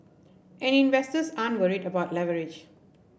and investors aren't worried about leverage